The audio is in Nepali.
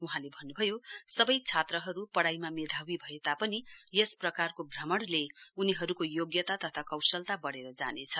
वहाँले भन्नुभयो सवै छात्रहरु पढ़ाइमा मेधावी भए तापनि यस प्रकारको भ्रमणले उनीहरुको योग्यता तथा कौशलता वढ़ेर जानेछ